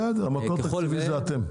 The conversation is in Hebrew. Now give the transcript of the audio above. בסדר, מקור תקציבי זה אתם.